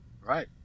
Right